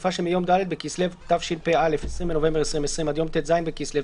בתקופה שמיום ד' בכסלו תשפ"א (20 בנובמבר 2020) עד יום ט"ז בכסלו